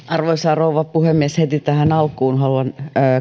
arvoisa rouva puhemies heti tähän alkuun haluan